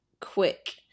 quick